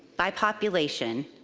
by population,